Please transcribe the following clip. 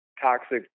toxic